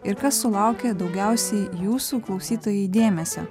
ir kas sulaukė daugiausiai jūsų klausytojai dėmesio